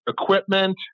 equipment